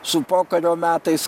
su pokario metais